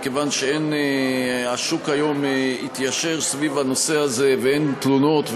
מכיוון שהשוק הזה התיישר סביב הנושא הזה ואין תלונות,